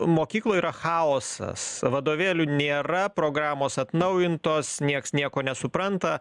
mokykloj yra chaosas vadovėlių nėra programos atnaujintos nieks nieko nesupranta